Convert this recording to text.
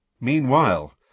Meanwhile